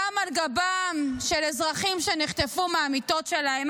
גם על גבם של אזרחים שנחטפו מהמיטות שלהם?